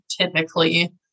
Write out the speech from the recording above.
typically